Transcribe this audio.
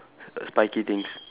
spiky things